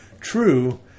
true